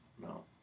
No